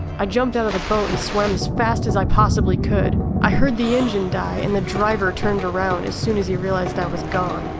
i jumped out of the boat and swam as fast as i possibly could! i heard the engine die and the driver turn around as soon as he realized i was gone.